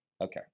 Okay